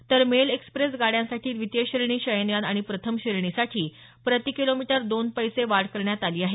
तर mail express गाड्यांसाठी द्वितीय श्रेणी शयनयान आणि प्रथम श्रेणीसाठी प्रति किलोमीटर दोन पैसे वाढ करण्यात आली आहे